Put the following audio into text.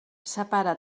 separa